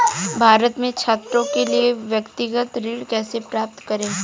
भारत में छात्रों के लिए व्यक्तिगत ऋण कैसे प्राप्त करें?